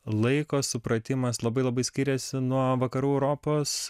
laiko supratimas labai labai skiriasi nuo vakarų europos